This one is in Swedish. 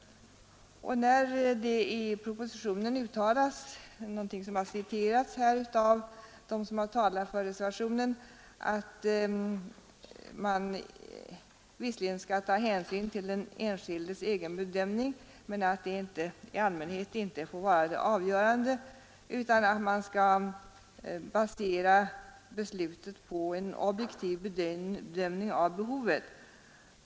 De som har talat för reservationen 1 har här citerat propositionen om att man visserligen skall ta hänsyn till den enskildes egen bedömning men att detta i allmänhet inte får vara avgörande, utan man skall basera beslutet på en objektiv bedömning av behovet.